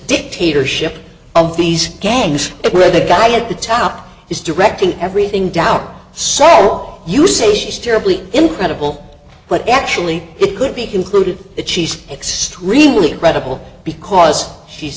dictatorship of these games where the guy at the top is directing everything down so all you say she's terribly incredible but actually it could be concluded that she's extremely credible because she